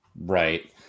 Right